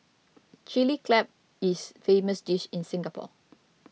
Chilli Crab is famous dish in Singapore